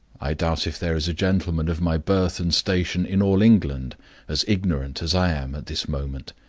i doubt if there is a gentleman of my birth and station in all england as ignorant as i am at this moment.